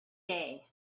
day